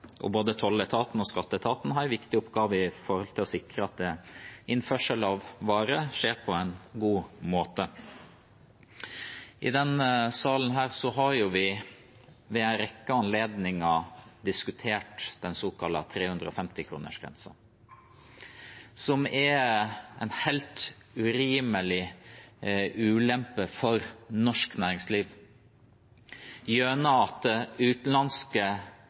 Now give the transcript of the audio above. og både tolletaten og skatteetaten har en viktig oppgave gjennom å sikre at innførsel av varer skjer på en god måte. I denne salen har vi ved en rekke anledninger diskutert den såkalte 350-kronersgrensen, som er en helt urimelig ulempe for norsk næringsliv gjennom at utenlandske